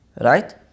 right